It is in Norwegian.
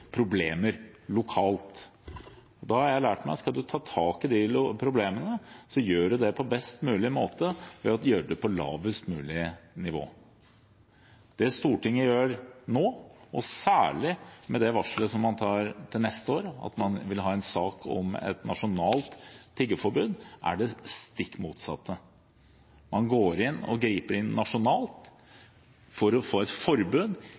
problemer lokalt. Da har jeg lært meg at skal du ta tak i problemene, gjør du det på best mulig måte ved å gjøre det på lavest mulig nivå. Det Stortinget gjør nå – og særlig med varselet om til neste år å ha en sak om et nasjonalt tiggeforbud – er det stikk motsatte. Man griper inn nasjonalt for å få et forbud